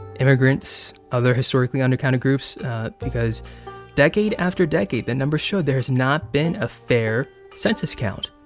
immigrants, other historically undercounted groups because decade after decade, the numbers showed there's not been a fair census count.